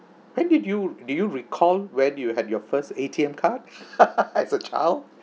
when did you do you recall where do you had your first A_T_M card as a child